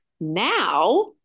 Now